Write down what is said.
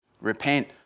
Repent